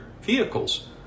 vehicles